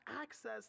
access